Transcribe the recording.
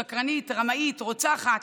שקרנית, רמאית, רוצחת